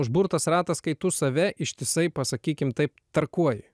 užburtas ratas kai tu save ištisai pasakykim taip tarkuoji